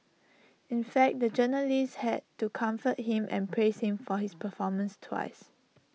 in fact the journalist had to comfort him and praise him for his performance twice